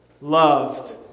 loved